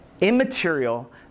immaterial